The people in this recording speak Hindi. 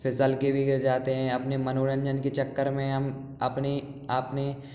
फिसल के गिर जाते हैं अपने मनोरंजन के चक्कर हम अपने अपनी